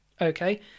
okay